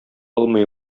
алмый